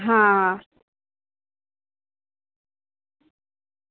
હા